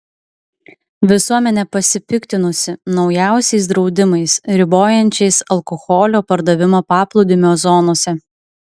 visuomenė pasipiktinusi naujausiais draudimais ribojančiais alkoholio pardavimą paplūdimio zonose